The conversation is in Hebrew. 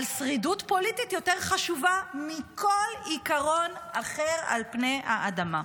אבל שרידות פוליטית יותר חשובה מכל עיקרון אחר על פני האדמה.